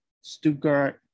Stuttgart